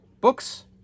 books